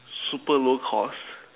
super low cost